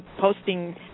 posting